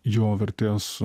jo vertės